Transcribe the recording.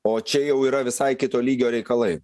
o čia jau yra visai kito lygio reikalai